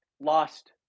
lost